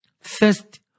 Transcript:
First